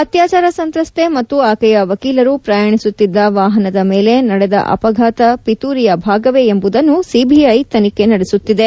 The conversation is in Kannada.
ಅತ್ಯಾಚಾರ ಸಂತ್ರಸ್ತೆ ಮತ್ತು ಆಕೆಯ ವಕೀಲರು ಪ್ರಯಾಣಿಸುತ್ತಿದ್ದ ವಾಹನದ ಮೇಲೆ ನಡೆದ ಅಪಘಾತ ಪಿತೂರಿಯ ಭಾಗವೇ ಎಂಬುದನ್ನು ಸಿಬಿಐ ತನಿಖೆ ನಡೆಸುತ್ತಿದೆ